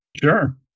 Sure